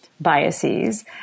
Biases